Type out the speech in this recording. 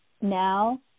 now